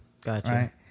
Gotcha